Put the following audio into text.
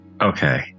Okay